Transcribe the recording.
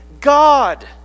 God